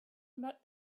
met